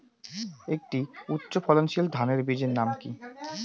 একটি উচ্চ ফলনশীল ধানের বীজের নাম কী?